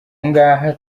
ngaha